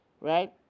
Right